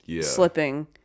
slipping